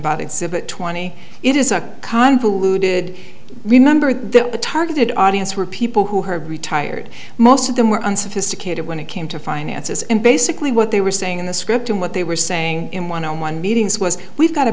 about exhibit twenty it is a convoluted remember that the targeted audience were people who had retired most of them were unsophisticated when it came to finances and basically what they were saying in the script and what they were saying in one on one meetings was we've got a